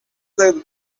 dayalı